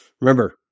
Remember